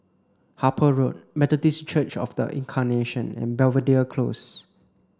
Harper Road Methodist Church Of The Incarnation and Belvedere Close